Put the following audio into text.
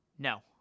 No